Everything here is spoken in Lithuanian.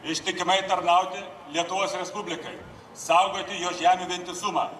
ištikimai tarnauti lietuvos respublikai saugoti jos žemių vientisumą